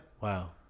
Wow